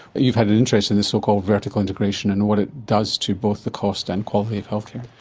you've had an interest in this so-called vertical integration and what it does to both the cost and quality of healthcare.